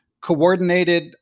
coordinated